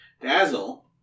Dazzle